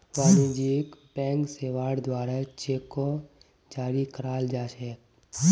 वाणिज्यिक बैंक सेवार द्वारे चेको जारी कराल जा छेक